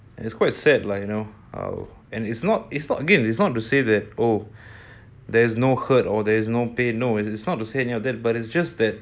it's quite sad like you know a~ and it's not it's not good it's not to say that oh there's no hurt or there is no pain no it's it's not to say that but it's just that